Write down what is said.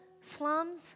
slums